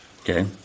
Okay